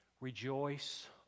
Rejoice